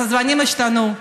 אז הזמנים השתנו.